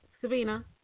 Sabina